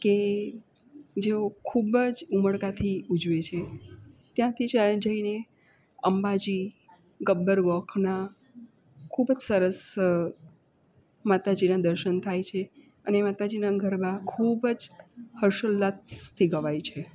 કે જેઓ ખૂબ જ ઉમળકાથી ઉજવે છે ત્યાંથી ચાલતા જઈને અંબાજી ગબ્બર ગોખના ખૂબ જ સરસ માતાજીના દર્શન થાય છે અને માતાજીના ગરબા ખૂબ જ હર્ષઉલ્લાસથી ગવાય છે